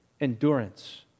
endurance